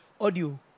audio